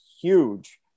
huge